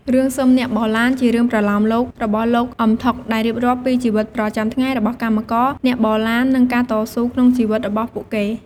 រឿងស៊ឹមអ្នកបរឡាន ជារឿងប្រលោមលោករបស់ លោក អ៊ឹម ថុក ដែលរៀបរាប់ពីជីវិតប្រចាំថ្ងៃរបស់កម្មករអ្នកបរឡាន និងការតស៊ូក្នុងជីវិតរបស់ពួកគេ។